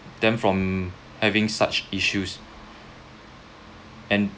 them from having such issues and